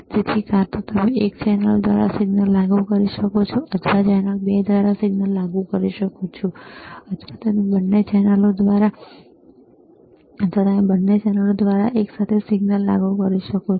તેથી કાં તો તમે ચેનલ એક દ્વારા સિગ્નલ લાગુ કરી શકો છો અથવા તમે ચેનલ 2 દ્વારા સિગ્નલ લાગુ કરી શકો છો અથવા તમે બંને ચેનલો દ્વારા એકસાથે સિગ્નલ લાગુ કરી શકો છો